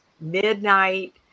midnight